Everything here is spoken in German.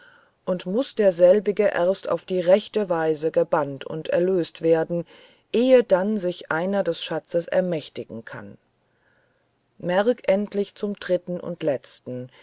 und muß derselbige erst auf die rechte weise gebannt und erlöst werden ehedann sich einer des schatzes ermächtigen kann merk endlich zum dritten und letzten